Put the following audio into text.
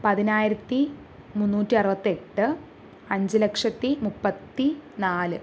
പതിനായിരത്തി മുന്നൂറ്റി അറുപത്തിയെട്ട് അഞ്ച് ലക്ഷത്തി മുപ്പത്തിനാല്